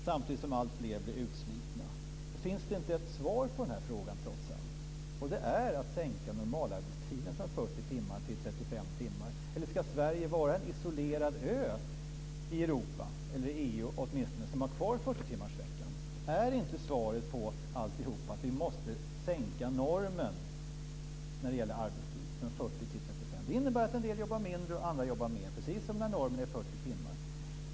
Samtidigt blir alltfler utslitna. Men det finns ett svar på den här frågan trots allt, och det är att sänka normalarbetstiden från 40 timmar till 35 timmar. Eller ska Sverige vara en isolerad ö i EU som har kvar 40-timmarsveckan? Är inte svaret att vi måste sänka normen för arbetstiden från Det innebär att en del jobbar mindre och andra jobbar mera, precis som när normen är 40 timmar.